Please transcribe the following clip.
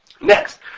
Next